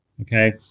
Okay